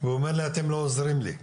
והוא אומר לי אתם לא עוזרים לי,